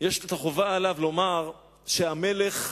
חובה עליו לומר שהמלך,